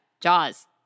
Jaws